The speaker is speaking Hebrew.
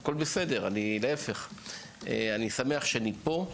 אני שמח שאני פה.